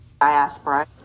diaspora